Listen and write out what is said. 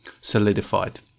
solidified